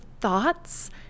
thoughts